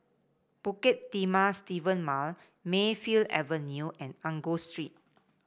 Bukit Timah Seven Mile Mayfield Avenue and Angus Street